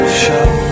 show